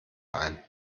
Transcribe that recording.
ein